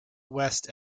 west